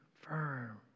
firm